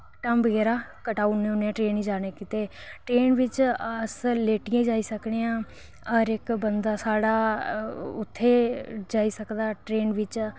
टिकटां बगैरा कटाई ओड़ने होन्ने ट्रेन बिच जाने गितै ट्रेन बिच अस लेटियै जाई सकने आं हर इक बंदा साढ़ा उत्थै जाई सकदा ट्रेन बिच